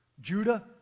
Judah